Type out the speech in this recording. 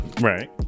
Right